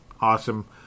Awesome